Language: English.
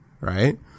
right